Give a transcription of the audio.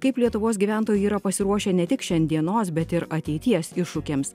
kaip lietuvos gyventojai yra pasiruošę ne tik šiandienos bet ir ateities iššūkiams